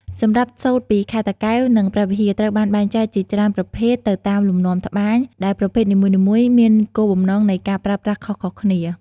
សម្រាប់សូត្រពីខេត្តតាកែវ និងព្រះវិហារ ត្រូវបានបែងចែកជាច្រើនប្រភេទទៅតាមលំនាំត្បាញ ដែលប្រភេទនីមួយៗមានគោលបំណងនៃការប្រើប្រាស់ខុសៗគ្នា។